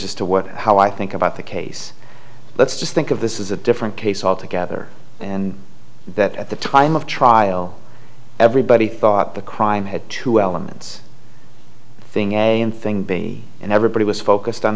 as to what how i think about the case let's just think of this is a different case altogether and that at the time of trial everybody thought the crime had two elements thing a and thing b and everybody was focused on